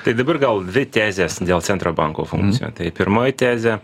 tai dabar gal dvi tezės dėl centro banko funkcijų tai pirmoji tezė